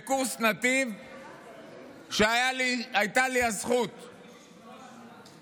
בקורס נתיב שהייתה לי הזכות להוביל,